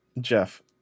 jeff